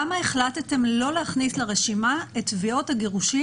למה החלטתם לא להכניס לרשימה את כל תביעות הגירושין